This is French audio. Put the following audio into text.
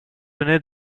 venait